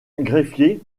greffier